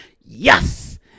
Yes